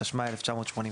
התשמ"א-1981".